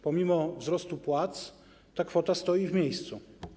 Pomimo wzrostu płac ta kwota stoi w miejscu.